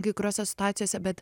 kai kuriose situacijose bet